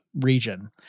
region